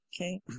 Okay